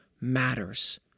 matters